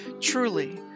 Truly